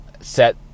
set